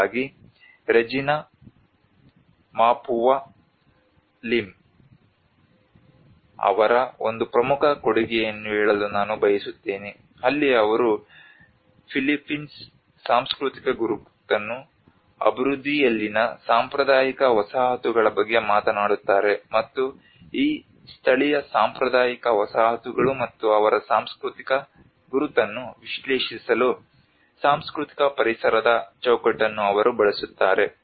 ಹಾಗಾಗಿ Regina Mapua Lim ಅವರ ಒಂದು ಪ್ರಮುಖ ಕೊಡುಗೆಯನ್ನು ಹೇಳಲು ನಾನು ಬಯಸುತ್ತೇನೆ ಅಲ್ಲಿ ಅವರು ಫಿಲಿಪೈನ್ಸ್ ಸಾಂಸ್ಕೃತಿಕ ಗುರುತನ್ನು ಅಭಿವೃದ್ಧಿಯಲ್ಲಿನ ಸಾಂಪ್ರದಾಯಿಕ ವಸಾಹತುಗಳ ಬಗ್ಗೆ ಮಾತನಾಡುತ್ತಾರೆ ಮತ್ತು ಈ ಸ್ಥಳೀಯ ಸಾಂಪ್ರದಾಯಿಕ ವಸಾಹತುಗಳು ಮತ್ತು ಅವರ ಸಾಂಸ್ಕೃತಿಕ ಗುರುತನ್ನು ವಿಶ್ಲೇಷಿಸಲು ಸಾಂಸ್ಕೃತಿಕ ಪರಿಸರದ ಚೌಕಟ್ಟನ್ನು ಅವರು ಬಳಸುತ್ತಾರೆ